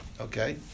Okay